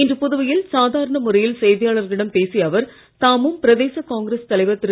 இன்று புதுவையில் சாதாரண முறையில் செய்தியாளர்களிடம் பேசிய அவர் தாமும் பிரதேச காங்கிரஸ் தலைவர் திரு